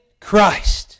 Christ